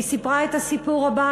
היא סיפרה את הסיפור הבא,